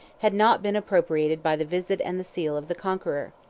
had not been appropriated by the visit and the seal of the conqueror.